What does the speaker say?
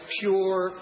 pure